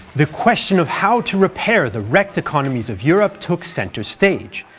the question of how to repair the wrecked economies of europe took centre stage,